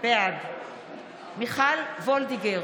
בעד מיכל וולדיגר,